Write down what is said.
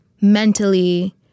mentally